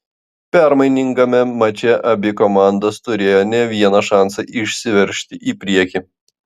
permainingame mače abi komandos turėjo ne vieną šansą išsiveržti į priekį